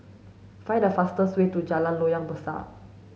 find the fastest way to Jalan Loyang Besar